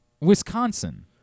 Wisconsin